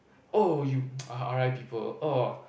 oh you ah r_i people oh